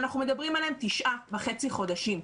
אנחנו מדברים עליהם תשעה וחצי חודשים.